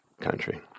country